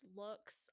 looks